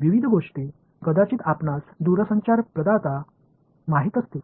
विविध गोष्टी कदाचित आपणास दूरसंचार प्रदाता माहित असतील